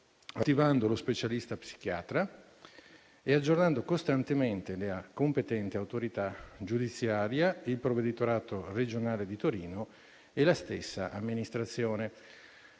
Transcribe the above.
attivando lo specialista psichiatra e aggiornando costantemente la competente autorità giudiziaria, il provveditorato regionale di Torino e la stessa amministrazione.